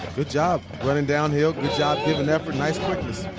good job running downhill. good job giving effort. nice quickness.